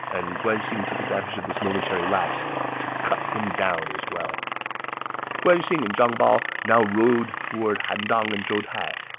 and guan xing took advantage of his momentary lapse to cut him down as well guan xing and zhang bao now rode toward han dang and zhou tai.